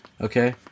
Okay